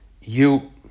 You